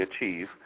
achieve